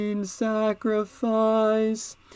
sacrifice